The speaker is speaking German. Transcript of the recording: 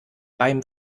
beim